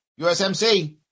USMC